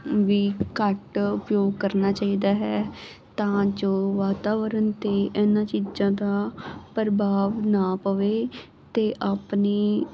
ਵੀ ਘੱਟ ਉਪਯੋਗ ਕਰਨਾ ਚਾਹੀਦਾ ਹੈ ਤਾਂ ਜੋ ਵਾਤਾਵਰਨ ਤੇ ਇਹਨਾਂ ਚੀਜ਼ਾਂ ਦਾ ਪ੍ਰਭਾਵ ਨਾ ਪਵੇ ਤੇ ਆਪਣੀ